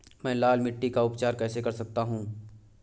मैं लाल मिट्टी का उपचार कैसे कर सकता हूँ?